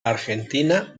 argentina